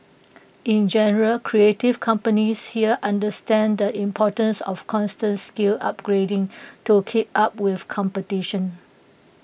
in general creative companies here understand the importance of constant skills upgrading to keep up with competition